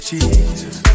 Jesus